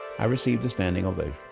i received a standing ovation